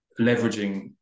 leveraging